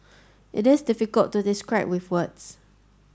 it is difficult to describe with words